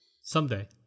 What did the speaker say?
someday